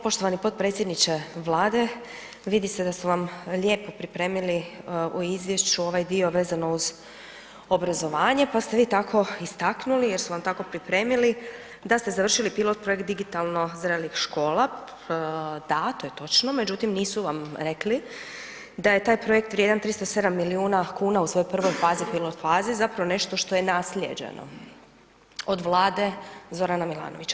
Poštovani potpredsjedniče Vlade, vidi se da su vam lijepo pripremili u izvješću ovaj dio vezano uz obrazovanje, pa ste vi tako istaknuli, jer su vam tako pripremili, da ste završili pilot projekt digitalno zrelih škola, da to je točno, međutim, nisu vam rekli, da je taj projekt vezan 307 milijuna kuna, u svojoj prvoj fazi, pilot fazi, zapravo nešto što je naslijeđeno, od vlade Zorana Milanovića.